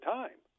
time